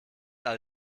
all